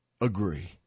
agree